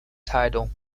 title